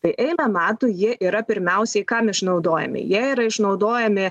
tai eilę metų jie yra pirmiausiai kam išnaudojami jie yra išnaudojami